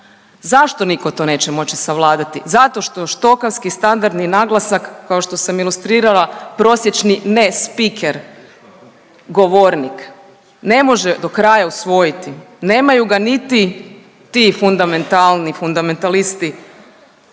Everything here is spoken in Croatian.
zašto nitko to neće moći savladati? Zato što štokavski standardni naglasak, kao što sam ilustrirala, prosječni nespiker, govornik ne može do kraja usvojiti, nemaju ga niti tu fundamentalni, fundamentalisti